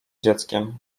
dzieckiem